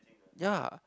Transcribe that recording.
ya